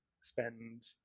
spend